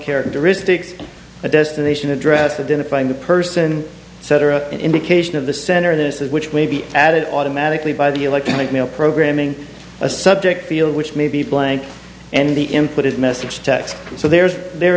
characteristics a destination address the define the person cetera indication of the center of this which may be added automatically by the electronic mail programming a subject field which may be blank and the input is message text so there's there